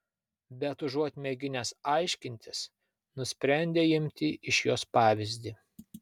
bet užuot mėginęs aiškintis nusprendė imti iš jos pavyzdį